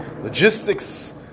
logistics